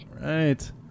Right